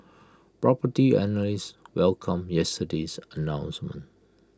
Property Analysts welcomed yesterday's announcement